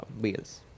bills